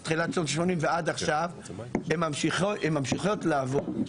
מתחילת שנות ה-80' עד עכשיו הן ממשיכות לעבוד.